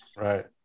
Right